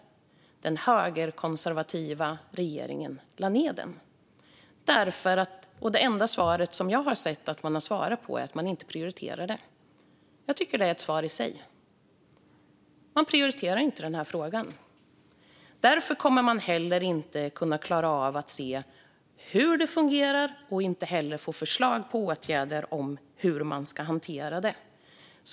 Den högerkonservativa regeringen lade ned den därför att - det är det enda svar jag sett - man inte prioriterar detta. Jag tycker att det är ett svar i sig. Man prioriterar inte den här frågan. Därför kommer man heller inte att klara av att se hur det fungerar eller få fram förslag på åtgärder för att hantera det.